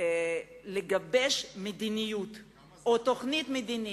זמן לגבש מדיניות או תוכנית מדינית.